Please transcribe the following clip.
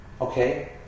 okay